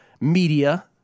media